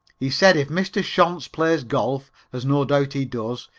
he said if mr. shonts plays golf, as no doubt he does,